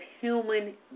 human